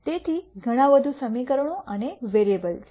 તેથી ઘણા વધુ સમીકરણો અને વેરીઅબલ છે